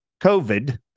COVID